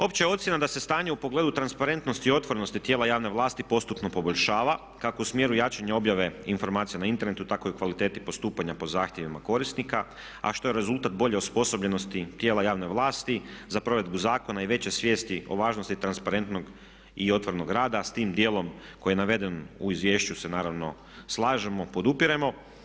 Opća je ocjena da se stanje u pogledu transparentnosti i otvorenosti tijela javne vlasti postupno poboljšava kako u smjeru jačanja objave informacija na internetu tako i kvaliteti postupanja po zahtjevima korisnika a što je rezultat bolje osposobljenosti tijela javne vlasti za provedbu zakona i veće svijesti o važnosti transparentnog i otvorenog rada s tim dijelom koji je naveden u izvješću se naravno slažemo, podupiremo.